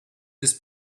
this